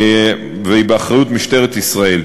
והיא באחריות משטרת ישראל.